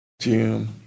Jim